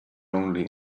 only